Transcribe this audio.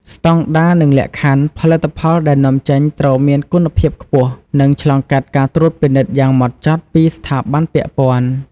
ស្តង់ដារ និងលក្ខខណ្ឌ ផលិតផលដែលនាំចេញត្រូវមានគុណភាពខ្ពស់ និងឆ្លងកាត់ការត្រួតពិនិត្យយ៉ាងហ្មត់ចត់ពីស្ថាប័នពាក់ព័ន្ធ។